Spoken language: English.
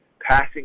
passing